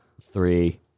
Three